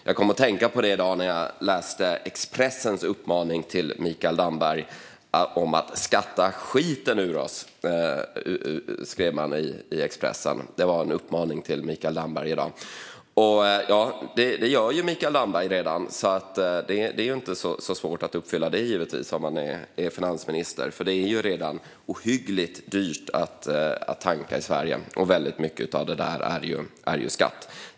Jag kom att tänka på det i dag när jag läste Expressens uppmaning till Mikael Damberg. "Skatta skiten ur oss", skrev man. Men det gör ju Mikael Damberg redan, så det är givetvis inte så svårt att uppfylla det för honom som finansminister. Det är redan ohyggligt dyrt att tanka i Sverige, och väldigt mycket av priset är skatt.